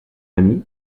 ami